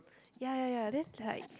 ya ya ya then like